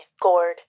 gourd